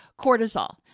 cortisol